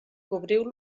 cobriu